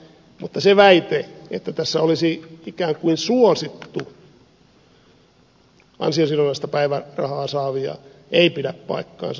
mutta se väite että tässä olisi ikään kuin suosittu ansiosidonnaista päivärahaa saavia ei pidä paikkaansa